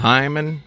Hyman